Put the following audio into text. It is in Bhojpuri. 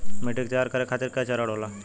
मिट्टी के तैयार करें खातिर के चरण होला?